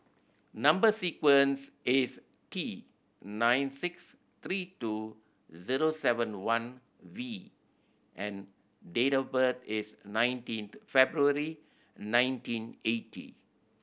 number sequence is T nine six three two zero seven one V and date of birth is nineteen February nineteen eighty